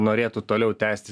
norėtų toliau tęsti